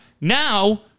Now